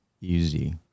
easy